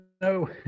no